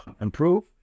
improve